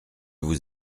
vous